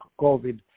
COVID